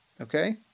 okay